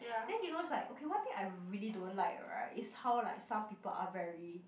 then you knows like okay one thing I really don't like right is how like some people are very